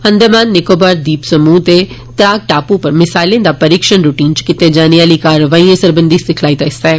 अंदमान निकोबार द्वीप समूह दे त्राक टापू पर मिसाइलें दा परीक्षण रुटीन च कीते जाने आली कारवाइयें सरबंधी सिखलाई दा हिस्सा ऐ